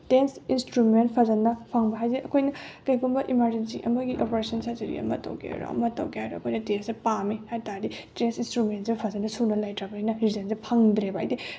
test instrument ꯐꯖꯅ ꯐꯪꯕ ꯍꯥꯏꯁꯦ ꯑꯩꯈꯣꯏꯅ ꯀꯩꯒꯨꯝꯕ ꯏꯃꯥꯔꯖꯦꯟꯁꯤ ꯑꯃꯒꯤ ꯑꯣꯄ꯭ꯔꯦꯁꯅ ꯁꯔꯖꯔꯤ ꯑꯃ ꯇꯧꯒꯦꯔ ꯑꯃ ꯇꯧꯒꯦꯔ ꯑꯩꯈꯣꯏꯅ ꯇꯦꯁꯁꯦ ꯄꯥꯝꯃꯦ ꯍꯥꯏꯕꯇꯥꯗꯤ ꯇꯦꯁ ꯏꯟꯁꯇ꯭ꯔꯨꯃꯦꯟꯁꯦ ꯐꯖꯅ ꯁꯨꯅ ꯂꯩꯇ꯭ꯔꯕꯅꯤꯅ ꯔꯤꯖꯜꯁꯦ ꯐꯪꯗ꯭ꯔꯦꯕ ꯍꯥꯏꯗꯤ